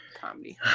comedy